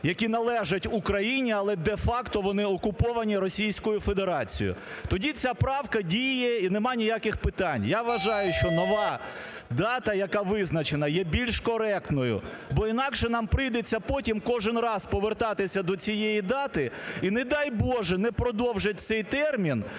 які належать Україні, але де-факто вони окуповані Російською Федерацією), тоді ця правка діє, і немає ніяких питань. Я вважаю, що нова дата, яка визначена, є більш коректною. Бо інакше нам прийдеться потім кожен раз повертатися до цієї дати, і не дай Боже, не продовжать цей термін